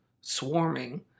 swarming